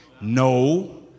No